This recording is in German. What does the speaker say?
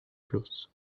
plus